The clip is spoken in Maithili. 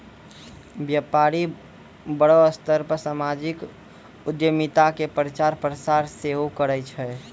व्यपारी बड़ो स्तर पे समाजिक उद्यमिता के प्रचार प्रसार सेहो करै छै